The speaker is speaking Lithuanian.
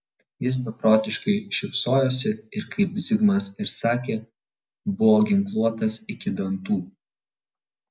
jis beprotiškai šypsojosi ir kaip zigmas ir sakė buvo ginkluotas iki dantų